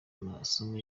amasomo